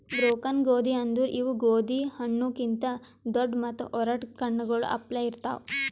broken ಗೋದಿ ಅಂದುರ್ ಇವು ಗೋದಿ ಹಣ್ಣು ಕಿಂತ್ ದೊಡ್ಡು ಮತ್ತ ಒರಟ್ ಕಣ್ಣಗೊಳ್ ಅಪ್ಲೆ ಇರ್ತಾವ್